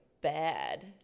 bad